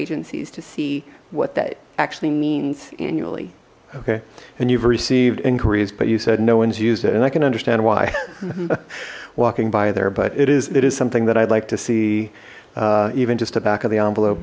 agencies to see what that actually means annually okay and you've received inquiries but you said no one's used it and i can understand why walking by there but it is it is something that i'd like to see even just a back of the envelope